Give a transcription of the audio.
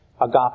agape